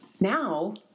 now